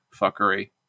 fuckery